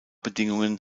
bedingungen